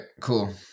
Cool